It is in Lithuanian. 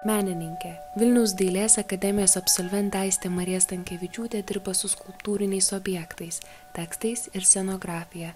menininkė vilniaus dailės akademijos absolventė aistė marija stankevičiūtė dirba su skulptūriniais objektais tekstais ir scenografija